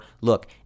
look